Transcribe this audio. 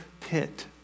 pit